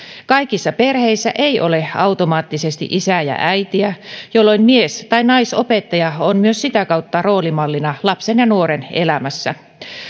kaikissa perheissä ei ole automaattisesti isää ja äitiä jolloin mies tai naisopettaja on myös sitä kautta roolimallina lapsen ja nuoren elämässä